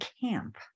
camp